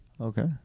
Okay